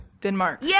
Denmark